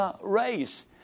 race